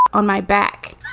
on my back,